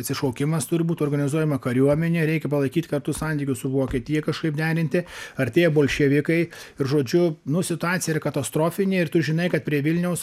atsišaukimas turi būt organizuojama kariuomenė reikia palaikyt kartu santykius su vuokietija kažkaip derinti artėja bolševikai ir žodžiu nu situacija yra katastrofinė ir tu žinai kad prie vilniaus